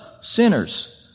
sinners